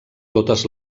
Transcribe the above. totes